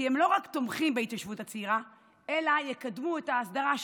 כי הם לא רק תומכים בהתיישבות הצעירה אלא יקדמו את ההסדרה שלה.